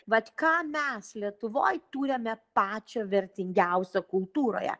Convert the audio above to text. vat ką mes lietuvoj turime pačią vertingiausią kultūroje